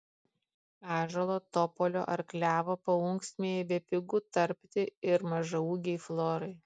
ąžuolo topolio ar klevo paunksmėje bepigu tarpti ir mažaūgei florai